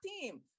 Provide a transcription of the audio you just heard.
team